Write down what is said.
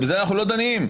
בזה אנחנו לא דנים,